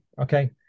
okay